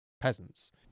peasants